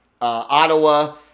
Ottawa